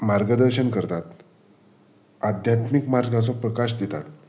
मार्गदर्शन करतात आध्यात्मीक मार्गाचो प्रकाश दितात